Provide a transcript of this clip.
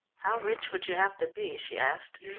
how rich would you have to be? she asked.